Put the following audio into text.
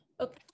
Okay